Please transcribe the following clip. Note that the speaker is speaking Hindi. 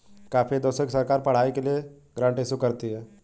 काफी देशों की सरकार पढ़ाई के लिए ग्रांट इशू करती है